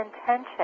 intention